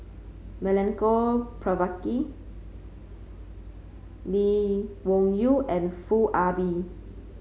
Milenko Prvacki Lee Wung Yew and Foo Ah Bee